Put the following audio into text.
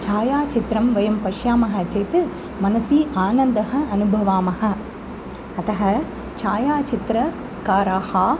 छायाचित्रं वयं पश्यामः चेत् मनसि आनन्दः अनुभवामः अतः छायाचित्रकाराः